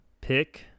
pick